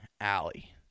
alley